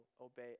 obey